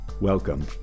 Welcome